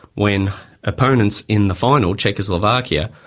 when opponents in the final, czechoslovakia,